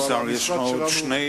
כבוד השר, יש לך עוד שני